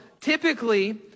typically